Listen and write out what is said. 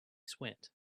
sweat